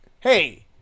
hey